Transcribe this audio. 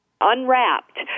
unwrapped